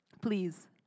please